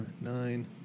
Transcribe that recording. Nine